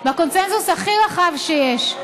הכי רחב שיש.